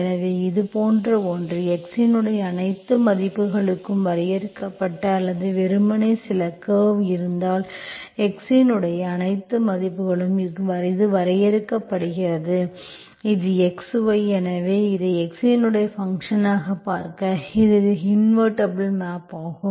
எனவே இதுபோன்ற ஒன்று x இன் அனைத்து மதிப்புகளுக்கும் வரையறுக்கப்பட்ட அல்லது வெறுமனே சில க்கர்வு இருந்தால் x இன் அனைத்து மதிப்புகளுக்கும் இது வரையறுக்கப்படுகிறது இது x y எனவே இதை x இன் ஃபங்க்ஷன் ஆக பார்க்க எனவே இது இன்வெர்ட்டிபுல் மேப் ஆகும்